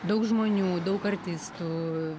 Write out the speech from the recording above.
daug žmonių daug artistų